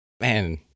Man